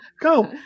go